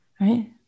Right